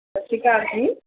ਸਤਿ ਸ਼੍ਰੀ ਅਕਾਲ ਜੀ